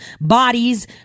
bodies